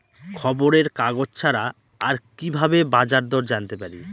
খবরের কাগজ ছাড়া আর কি ভাবে বাজার দর জানতে পারি?